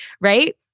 right